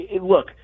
Look